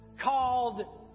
called